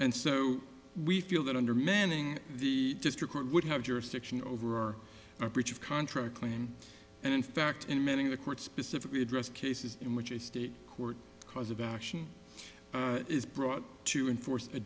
and so we feel that under manning the district court would have jurisdiction over a breach of contract claim and in fact in many of the court specifically address cases in which a state court because of action is brought to enforce a